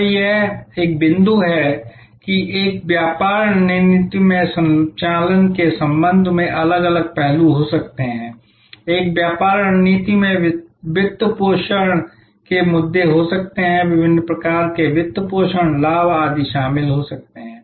तो यह एक बिंदु है कि एक व्यापार रणनीति में संचालन के संबंध में अलग अलग पहलू हो सकते हैं एक व्यापार रणनीति में वित्तपोषण के मुद्दे हो सकते हैं विभिन्न प्रकार के वित्तपोषण लाभ आदि शामिल हो सकते हैं